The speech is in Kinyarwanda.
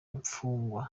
imfungwa